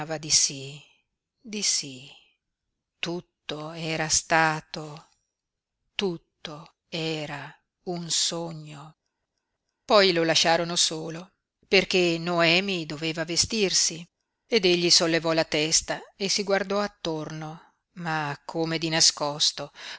di sí di sí tutto era stato tutto era un sogno poi lo lasciarono solo perché noemi doveva vestirsi ed egli sollevò la testa e si guardò attorno ma come di nascosto